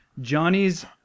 Johnny's